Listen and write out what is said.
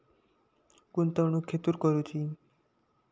गुंतवणुक खेतुर करूची?